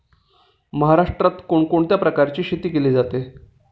महाराष्ट्रात कोण कोणत्या प्रकारची शेती केली जाते?